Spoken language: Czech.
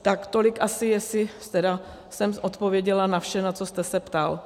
Tak tolik asi, jestli tedy jsem odpověděla na vše, na co jste se ptal.